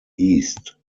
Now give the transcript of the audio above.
east